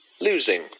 losing